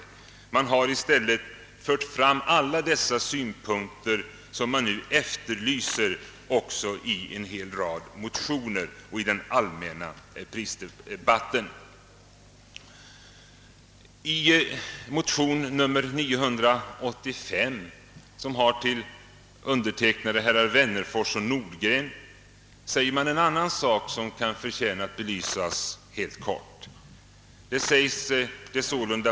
Nämnden har ständigt fört fram dessa synpunkter som man nu efterlyser i en rad motioner och i den allmänna prisdebatten. undertecknad av herrar Wennerfors och Nordgren, säger man en annan sak som kan förtjäna att belysas helt kort.